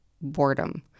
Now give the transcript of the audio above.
boredom